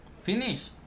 Finish